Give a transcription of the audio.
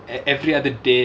at every other day ya